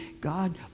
God